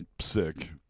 sick